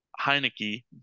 Heineke